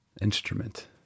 instrument